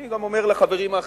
ואני גם אומר לחברים האחרים: